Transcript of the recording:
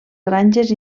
granges